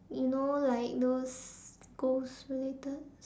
you know like those ghost related